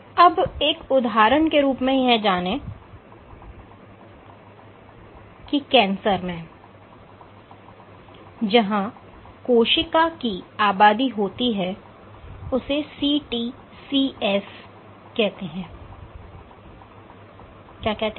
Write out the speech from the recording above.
अब एक उदाहरण के रूप में यह जाने कि कैंसर में जहां कोशिका की आबादी होती है उसे CTCs कहते हैं